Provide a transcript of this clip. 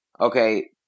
Okay